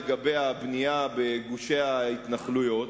לגבי הבנייה בגושי ההתנחלויות,